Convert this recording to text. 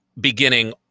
Beginning